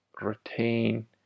retain